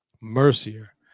Mercier